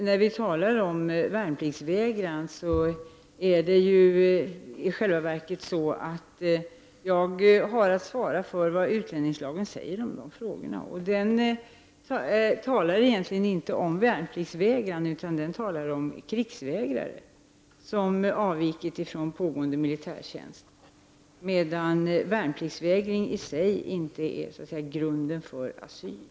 När vi talar om värnpliktsvägran har jag att svara för det som sägs i utlänningslagen om dessa frågor, och där talas det egentligen inte om värnpliktsvägrare, utan om krigsvägrare som avvikit från pågående militärtjänst. Värnpliktsvägran är inte i sig en grund för asyl.